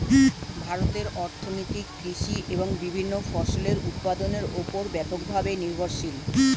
ভারতের অর্থনীতি কৃষি এবং বিভিন্ন ফসলের উৎপাদনের উপর ব্যাপকভাবে নির্ভরশীল